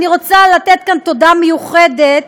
אני רוצה לתת כאן תודה מיוחדת,